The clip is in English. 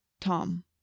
Tom